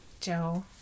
Joe